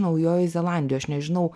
naujojoj zelandijoj aš nežinau